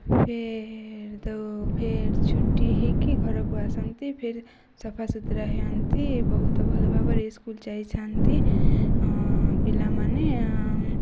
ଫିର୍ ଦଉ ଫିର୍ ଛୁଟି ହୋଇକି ଘରକୁ ଆସନ୍ତି ଫିର୍ ସଫା ସୁୁତୁରା ହୁଅନ୍ତି ବହୁତ ଭଲ ଭାବରେ ସ୍କୁଲ୍ ଯାଇଥାନ୍ତି ପିଲାମାନେ